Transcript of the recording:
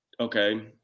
Okay